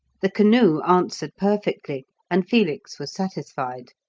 the canoe answered perfectly, and felix was satisfied.